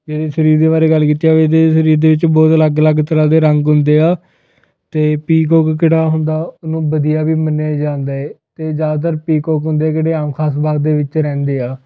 ਜੇ ਇਹਦੇ ਸਰੀਰ ਦੇ ਬਾਰੇ ਗੱਲ ਕੀਤੀ ਜਾਵੇ ਇਹਦੇ ਸਰੀਰ ਦੇ ਵਿੱਚ ਬਹੁਤ ਅਲੱਗ ਅਲੱਗ ਤਰ੍ਹਾਂ ਦੇ ਰੰਗ ਹੁੰਦੇ ਆ ਅਤੇ ਪੀਕੋਕ ਕਿਹੜਾ ਹੁੰਦਾ ਉਹਨੂੰ ਵਧੀਆ ਵੀ ਮੰਨਿਆਂ ਜਾਂਦਾ ਏ ਅਤੇ ਜ਼ਿਆਦਾਤਰ ਪੀਕੋਕ ਹੁੰਦੇ ਕਿਹੜੇ ਆਮ ਖਾਸ ਬਾਗ ਵਿੱਚ ਰਹਿੰਦੇ ਆ